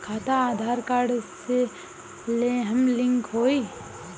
खाता आधार कार्ड से लेहम लिंक होई?